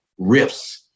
riffs